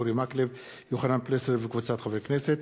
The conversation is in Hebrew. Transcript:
אורי מקלב ויוחנן פלסנר וקבוצת חברי הכנסת,